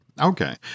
Okay